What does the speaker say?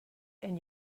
and